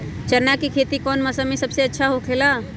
चाना के खेती कौन मौसम में सबसे अच्छा होखेला?